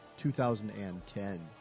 2010